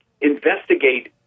investigate